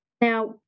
now